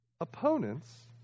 Opponents